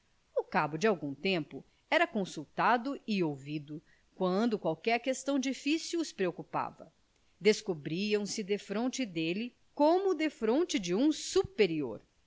ao cabo de algum tempo era consultado e ouvido quando qualquer questão difícil os preocupava descobriam se defronte dele como defronte de um superior